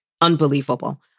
Unbelievable